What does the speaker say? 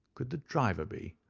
could the driver be,